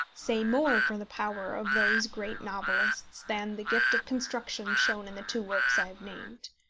say more for the power of those great novelists than the gift of construction shown in the two works i have named.